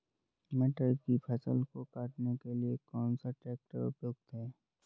मटर की फसल को काटने के लिए कौन सा ट्रैक्टर उपयुक्त है?